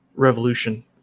revolution